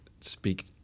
speak